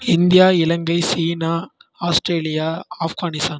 India Ilangai China Australia Afghanistan